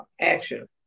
action